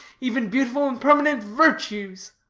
even, beautiful and permanent virtues